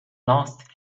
last